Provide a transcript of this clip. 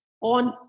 on